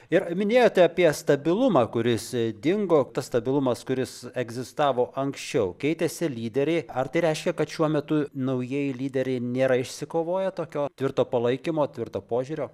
ir minėjote apie stabilumą kuris dingo tas stabilumas kuris egzistavo anksčiau keitėsi lyderiai ar tai reiškia kad šiuo metu naujieji lyderiai nėra išsikovoję tokio tvirto palaikymo tvirto požiūrio